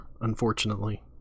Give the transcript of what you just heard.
unfortunately